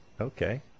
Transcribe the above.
Okay